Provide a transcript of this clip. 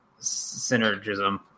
synergism